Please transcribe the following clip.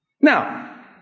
Now